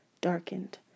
darkened